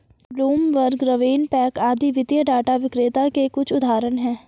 Bloomberg, RavenPack आदि वित्तीय data विक्रेता के कुछ उदाहरण हैं